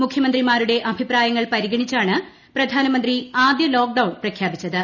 മുഖ്യമന്ത്രിമാരുടെ അഭിപ്രായങ്ങൾ പരിഗണിച്ചാണ് പ്രധാനമന്ത്രി ആദ്യ ലോക്ഡൌൺ പ്രഖ്യാപിച്ചത്